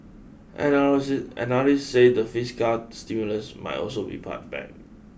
analysts analysts say the fiscal stimulus might also be pared back